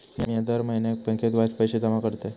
मिया दर म्हयन्याक बँकेत वायच पैशे जमा करतय